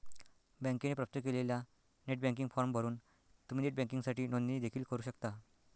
बँकेने प्राप्त केलेला नेट बँकिंग फॉर्म भरून तुम्ही नेट बँकिंगसाठी नोंदणी देखील करू शकता